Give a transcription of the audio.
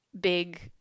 big